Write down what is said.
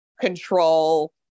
control